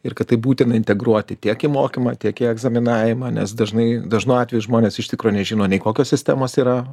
ir kad tai būtina integruoti tiek į mokymą tiek į egzaminavimą nes dažnai dažnu atveju žmonės iš tikro nežino nei kokios sistemos yra